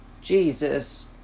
Jesus